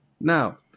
Now